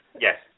Yes